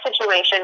situation